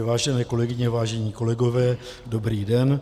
Vážené kolegyně, vážení kolegové, dobrý den.